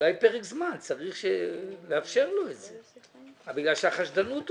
אולי בפרק זמן צריך לאפשר לו את זה בגלל שהחשדנות עולה.